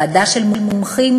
ועדה של מומחים,